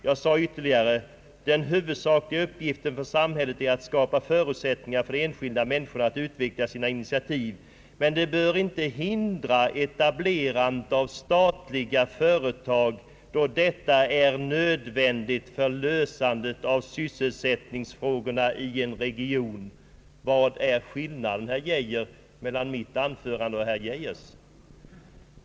Jag sade ytterligare: »Den huvudsakliga uppgiften för samhället är att skapa förutsättningar för de enskilda människorna att utveckla sina initiativ, men det bör inte hindra etablerandet av statliga företag då detta är nödvändigt för lösandet av sysselsättningsfrågorna i en region.» Vilken är skillnaden, herr Geijer, mellan mitt anförande och herr Geijers?